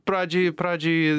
pradžiai pradžiai